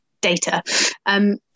data